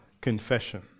Confession